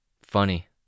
Funny